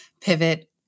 Pivot